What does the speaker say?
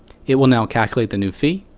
it will now calculate the new fee.